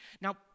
Now